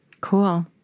cool